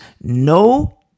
no